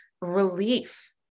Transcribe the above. relief